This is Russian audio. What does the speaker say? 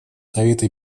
совета